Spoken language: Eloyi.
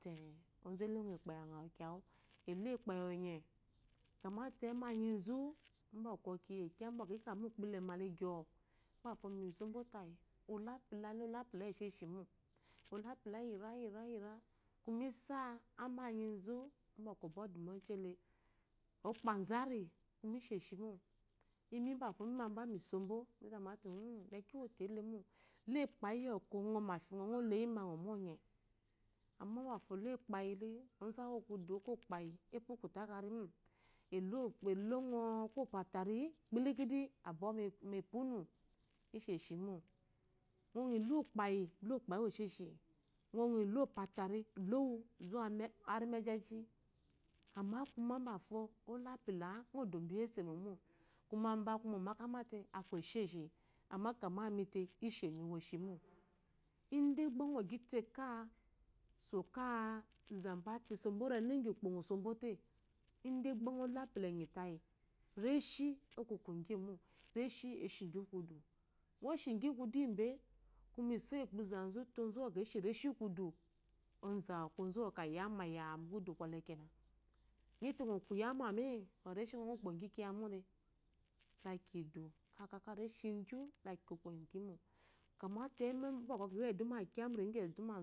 Te onzu elongo ekpoyi anguwe, eloe kpeyi onye kamate emenyizu ba kiye kyele be kika be ukpolemale gyoo olopulale oloaputa yeseshimo oloapula yireyire, kume isa aninyizu ba obwɔdumeji ele okpazuari kuma isheshimo immbe miabe misobwo mizabate u'u lakiwotele mo, lo ekpayi bwakwɔ ngo mefingo ngoloyime ngo muonye mo befo oloekpayile ozu awo kudu okopayi ebwukodekwerimo do ngɔ opatari kpilikidi abwɔ me punu isheshimo ngo gyi lookpayi lo, okpayi wu esshi ngo gyi lo oateri lowu her zuwe mejeji amma kume befo olo apula ngo dombo iyese momo kume mba kume omte aku esheshi amma mite ishemi woshimo idegbe ngo gyite so ka zambate sombo renu gyiakpo ngo sote idegbe ngolo apulaenyi teyi reshi ngo kokogi. momo reshi eshigyi mukudu ngo shi gyi mukudu yibe kume isoyiupo izazute ozuwe shi reshimukudu onzu awu aku ozuweyame yaa mu kudu ŋole nyate ngokiyememe ba reshingo ngo kpogyi kiymole lakiyidu kaka resizu leki koko gyimo koete. bwɔkw kiwo edume muriyi gyedumewu